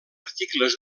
articles